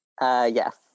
Yes